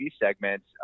segments